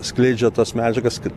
skleidžia tas medžiagas